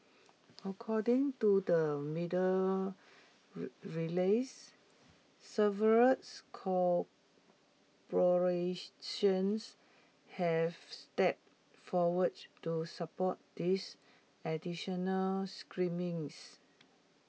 according to the media release several corporations have stepped forward to support these additional screenings